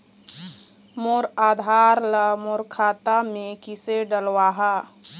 मोर आधार ला मोर खाता मे किसे डलवाहा?